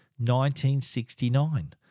1969